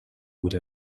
would